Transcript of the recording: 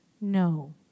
No